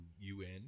UN